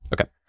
Okay